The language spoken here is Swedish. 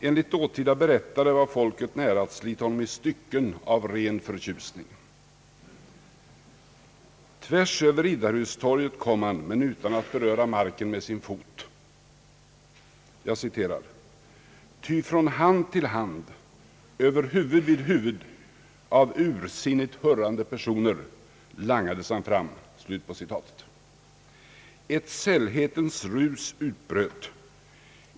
Enligt dåtida berättare var folket nära att slita honom i stycken av ren förtjusning. Tvärs över Riddarhustorget kom han men utan att beröra marken med sin fot. »Ty från hand till hand över huvud vid huvud av ursinnigt hurrande människor langades han fram.» »Ett sällhetens rus» utbröt.